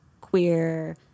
queer